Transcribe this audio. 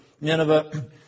Nineveh